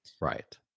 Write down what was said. Right